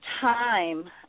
time